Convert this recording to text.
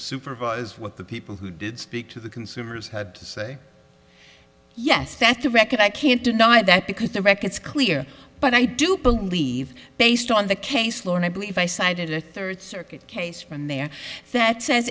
supervise what the people who speak to the consumers have to say yes that's the record i can't deny that because the records clear but i do believe based on the case law and i believe i cited a third circuit case from there that says